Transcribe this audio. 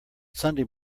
sunday